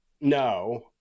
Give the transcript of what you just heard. No